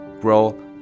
grow